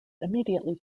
immediately